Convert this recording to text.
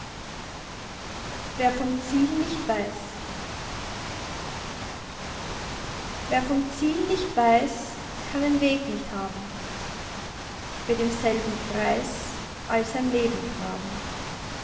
wer vom ziel nicht weiß wer vom ziel nicht weiß kann den weg nicht haben wird im selben kreis all sein leben traben